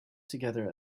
together